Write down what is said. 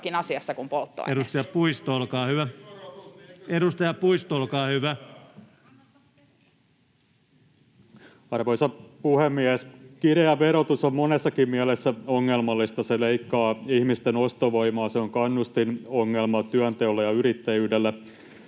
Time: 16:17 Content: Arvoisa puhemies! Kireä verotus on monessakin mielessä ongelmallista. Se leikkaa ihmisten ostovoimaa, se on kannustinongelma työnteolle ja yrittäjyydelle.